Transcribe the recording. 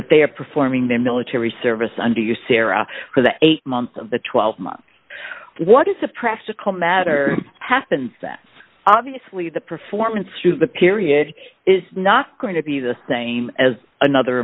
that they are performing their military service under your sarah for the eight months of the twelve months what is a practical matter happens that obviously the performance through the period is not going to be the same as another